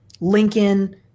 Lincoln